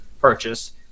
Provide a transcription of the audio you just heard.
purchase